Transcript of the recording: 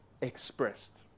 expressed